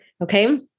Okay